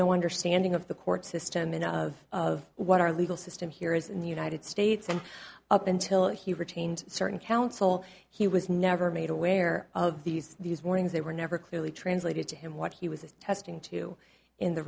no understanding of the court system and of of what our legal system here is in the united states and up until he retained certain counsel he was never made aware of these these warnings they were never clearly translated to him what he was attesting to in the